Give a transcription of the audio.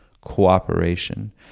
cooperation